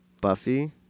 Buffy